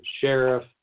sheriff